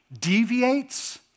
deviates